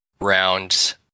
round